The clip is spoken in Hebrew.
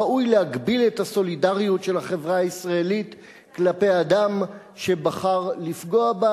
ראוי להגביל את הסולידריות של החברה הישראלית כלפי אדם שבחר לפגוע בה,